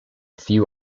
few